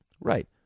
right